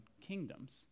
kingdoms